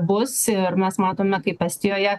bus ir mes matome kaip estijoje